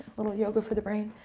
a little yoga for the brain.